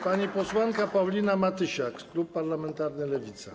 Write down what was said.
Pani posłanka Paulina Matysiak, klub parlamentarny Lewica.